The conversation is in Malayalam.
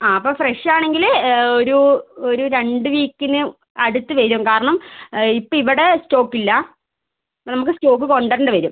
ആ അപ്പോൾ ഫ്രഷ് ആണെങ്കിൽ ഒരു ഒരു രണ്ട് വീക്കിന് അടുത്ത് വരും കാരണം ഇപ്പോൾ ഇവിടെ സ്റ്റോക്ക് ഇല്ല നമുക്ക് സ്റ്റോക്ക് കൊണ്ടുവരേണ്ടി വരും